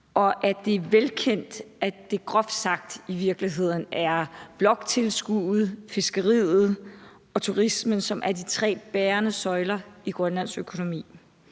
og at det er velkendt, at det groft sagt i virkeligheden er bloktilskuddet, fiskeriet og turismen, som er de tre bærende søjler i Grønlands økonomi.